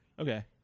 Okay